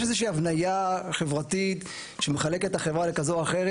יש איזושהי הבניה חברתית שמחלקת את החברה לכזו או אחרת.